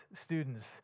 students